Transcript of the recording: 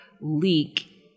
leak